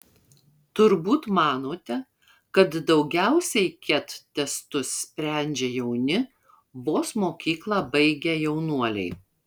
turbūt manote kad daugiausiai ket testus sprendžia jauni vos mokyklą baigę jaunuoliai